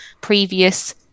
previous